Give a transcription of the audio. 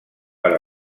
per